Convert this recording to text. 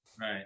Right